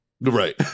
right